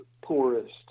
poorest –